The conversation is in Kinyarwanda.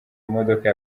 imodoka